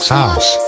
house